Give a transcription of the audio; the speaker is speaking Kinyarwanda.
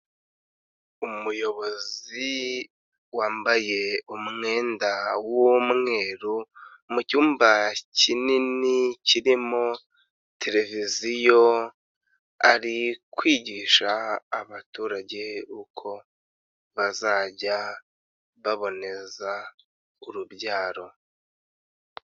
Umuyobozi wambaye umwenda w'umweru, mu cyumba kinini kirimo televiziyo, ari kwigisha abaturage uko bazajya baboneza urubyaro.